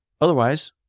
Otherwise